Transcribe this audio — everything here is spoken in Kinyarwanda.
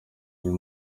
uyu